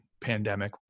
pandemic